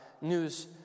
news